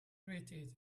irritated